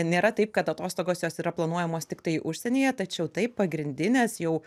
nėra taip kad atostogos jos yra planuojamos tiktai užsienyje tačiau taip pagrindinės jau